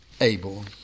able